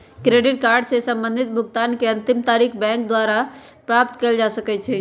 credit card से संबंधित भुगतान के अंतिम तारिख बैंक द्वारा प्राप्त कयल जा सकइ छइ